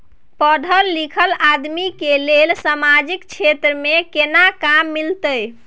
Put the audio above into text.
पढल लीखल आदमी के लेल सामाजिक क्षेत्र में केना काम मिलते?